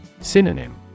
Synonym